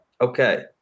okay